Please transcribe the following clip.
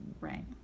right